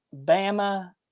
Bama